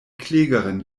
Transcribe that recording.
klägerin